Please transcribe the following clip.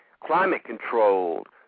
climate-controlled